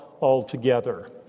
altogether